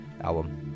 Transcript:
album